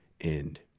end